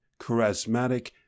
charismatic